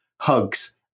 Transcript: hugs